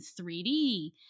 3D